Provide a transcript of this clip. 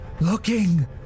looking